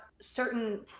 certain